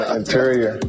interior